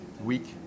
week